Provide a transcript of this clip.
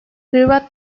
hırvat